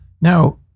Now